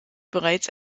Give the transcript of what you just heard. bereits